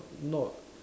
not